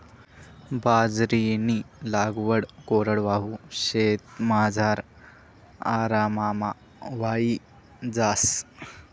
बाजरीनी लागवड कोरडवाहू शेतमझार आराममा व्हयी जास